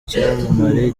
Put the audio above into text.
cyamamare